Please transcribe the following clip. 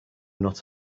not